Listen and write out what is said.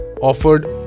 offered